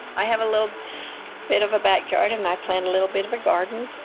i have a little bit of a backyard, and i plant a little bit of a garden,